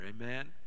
amen